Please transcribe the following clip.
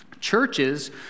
Churches